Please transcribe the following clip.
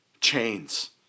chains